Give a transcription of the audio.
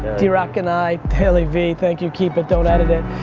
drock and i, dailyvee, thank you keep it don't edit it.